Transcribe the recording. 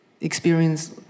Experience